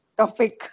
topic